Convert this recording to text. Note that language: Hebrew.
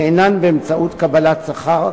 שאינן באמצעות קבלת שכר,